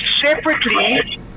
Separately